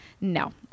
No